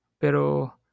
Pero